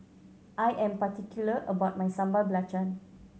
I am particular about my Sambal Belacan